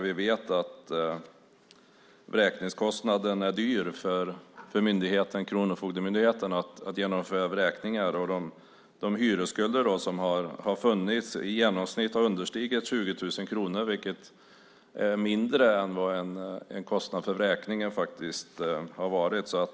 Vi vet att kostnaden är hög för Kronofogdemyndigheten när man ska genomföra vräkningar. De hyresskulder som har funnits har i genomsnitt understigit 20 000 kronor, vilket är mindre än kostnaden för en vräkning faktiskt har varit.